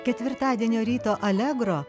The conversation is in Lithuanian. ketvirtadienio ryto allegro